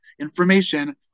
information